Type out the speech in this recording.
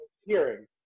hearing